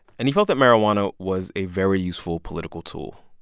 and he felt that marijuana was a very useful political tool.